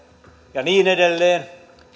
ja niin edelleen